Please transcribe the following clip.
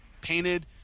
painted